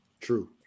True